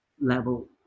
level